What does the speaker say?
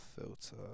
filter